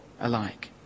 alike